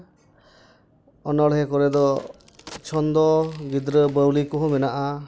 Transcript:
ᱚᱱᱚᱬᱦᱮᱸ ᱠᱚᱨᱮ ᱫᱚ ᱪᱷᱚᱱᱫᱚ ᱜᱤᱫᱽᱨᱟᱹ ᱵᱟᱹᱣᱞᱤ ᱠᱚᱦᱚᱸ ᱢᱮᱱᱟᱜᱼᱟ